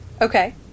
Okay